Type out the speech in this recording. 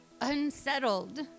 unsettled